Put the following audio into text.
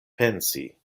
pensi